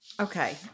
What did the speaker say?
Okay